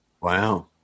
Wow